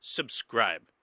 Subscribe